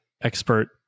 expert